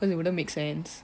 because it wouldn't make sense